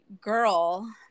girl